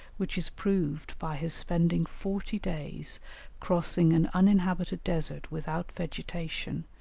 which is proved by his spending forty days crossing an uninhabited desert without vegetation,